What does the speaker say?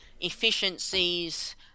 efficiencies